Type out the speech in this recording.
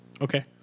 okay